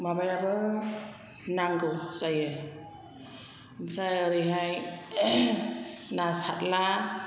माबायाबो नांगौ जायो ओमफ्राय ओरैहाय ना सारला